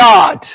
God